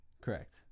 Correct